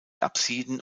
apsiden